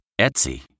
Etsy